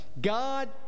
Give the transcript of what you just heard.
God